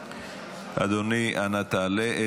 אדוני, אנא עלה.